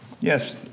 Yes